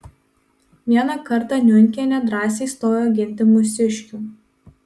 vieną kartą niunkienė drąsiai stojo ginti mūsiškių